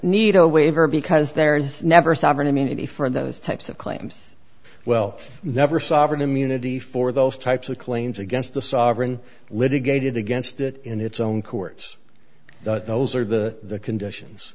need a waiver because there is never sovereign immunity for those types of claims well never sovereign immunity for those types of claims against the sovereign litigated against it in its own courts those are the conditions